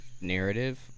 narrative